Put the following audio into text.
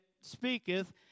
speaketh